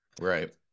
Right